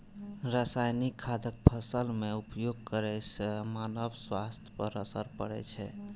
रासायनिक खादक फसल मे उपयोग करै सं मानव स्वास्थ्य पर असर पड़ै छै